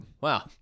Wow